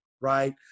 Right